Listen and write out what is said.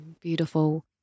Beautiful